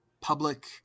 public